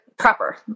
proper